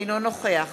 אינו נוכח